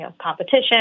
competition